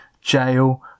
Jail